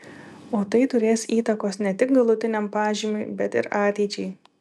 o tai turės įtakos ne tik galutiniam pažymiui bet ir ateičiai